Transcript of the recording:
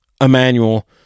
Emmanuel